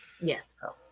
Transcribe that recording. Yes